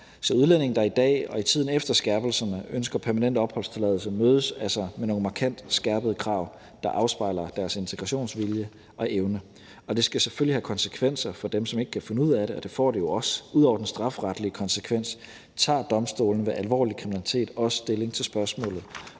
Så udlændinge, der i dag og i tiden efter skærpelserne ønsker permanent opholdstilladelse, mødes altså med nogle markant skærpede krav, der afspejler deres integrationsvilje og -evne, og det skal selvfølgelig have konsekvenser for dem, som ikke kan finde ud af det, og det får det jo også. Ud over den strafferetlige konsekvens tager domstolene ved alvorlig kriminalitet også stilling til spørgsmålet